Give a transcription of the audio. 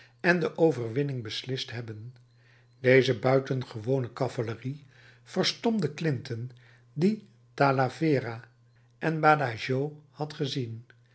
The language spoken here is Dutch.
en de overwinning beslist hebben deze buitengewone cavalerie verstomde clinton die talavera en badajoz had gezien